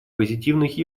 позитивных